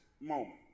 moment